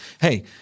Hey